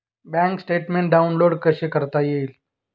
Bank statement download कसे करता येईल?